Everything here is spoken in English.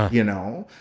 you know?